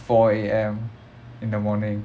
four A_M in the morning